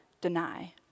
deny